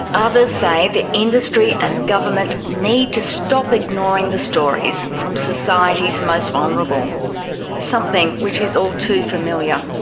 others say the industry and government need to stop ignoring the stories from society's most vulnerable something which is all too familiar.